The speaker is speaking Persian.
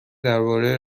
درباره